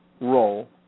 role